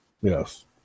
Yes